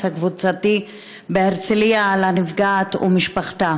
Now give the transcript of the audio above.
הקבוצתי בהרצליה על הנפגעת ומשפחתה.